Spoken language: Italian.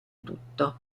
tutto